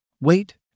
Wait